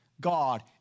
God